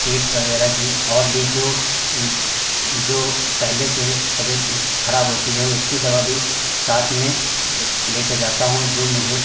पीठ वगैरह की और भी जो जो पहेले से है तबियत खराब होती है उसकी दवा भी साथ में लेकर जाता हूँ जो मुझे